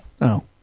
no